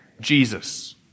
Jesus